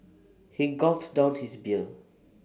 he gulped down his beer